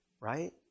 Right